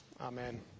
Amen